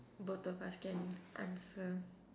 both of us can answer